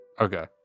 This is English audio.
okay